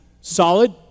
solid